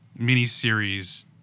miniseries